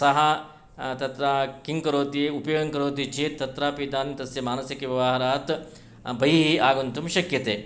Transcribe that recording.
सः तत्र किङ्करोति उपयोगं करोति चेत् तत्रापि तान् तस्य मानसिकव्यवहारात् बहिः आगन्तुं शक्यते